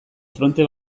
fronte